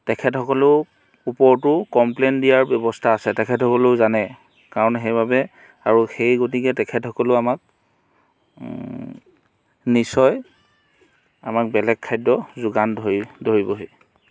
তেখেতসকলেও ওপৰতো কমপ্লেইন দিয়া ব্যৱস্থা আছে তেখেতসকলেও জানে কাৰণ সেইবাবে আৰু সেই গতিকে তেখেতসকলেও আমাক নিশ্চয় আমাক বেলেগ খাদ্য যোগান ধৰি ধৰিবহি